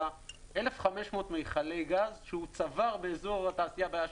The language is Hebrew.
1,500 מכלי גז שהוא צבר באזור התעשייה באשקלון.